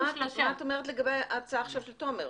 מה את אומרת לגבי ההצעה של תומר?